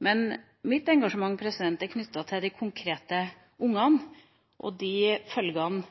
Men mitt engasjement er knyttet til de konkrete ungene og de følgene